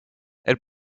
elle